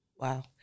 Wow